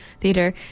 Theater